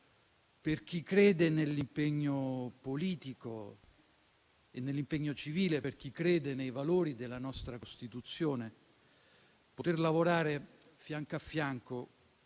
Per chi crede nell'impegno politico e nell'impegno civile, per chi crede nei valori della nostra Costituzione, poter lavorare fianco a fianco